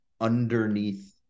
underneath